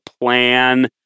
plan